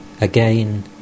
Again